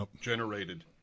generated